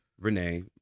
renee